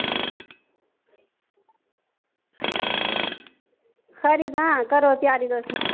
खरी तां करो त्यारी तुस